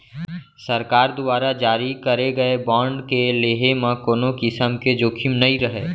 सरकार दुवारा जारी करे गए बांड के लेहे म कोनों किसम के जोखिम नइ रहय